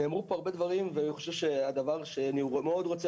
נאמרו פה הרבה דברים ואני חושב שהדבר שאני מאוד רוצה